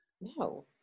no